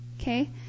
Okay